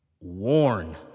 warn